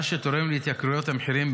מה שתורם להתייקרויות המחירים.